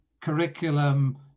curriculum